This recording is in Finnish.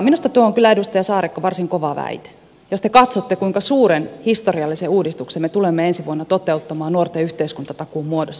minusta tuo on kyllä edustaja saarikko varsin kova väite jos te katsotte kuinka suuren historiallisen uudistuksen me tulemme ensi vuonna toteuttamaan nuorten yhteiskuntatakuun muodossa